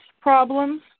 problems